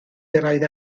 gyrraedd